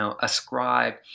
ascribe